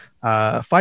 Fight